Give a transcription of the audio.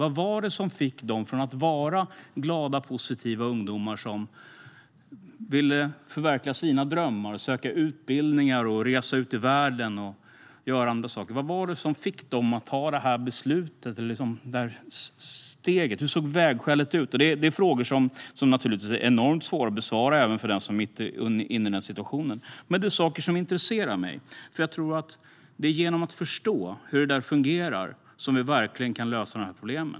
Vad var det som fick dessa ungdomar, som hade varit glada och positiva ungdomar som ville förverkliga sina drömmar och söka utbildningar, resa ut i världen och göra andra saker, att ta detta steg? Hur såg vägskälet ut? Det är naturligtvis frågor som är enormt svåra att besvara även för den som befinner sig i denna situation. Men det är saker som intresserar mig. Jag tror nämligen att det är genom att förstå hur detta fungerar som vi verkligen kan lösa dessa problem.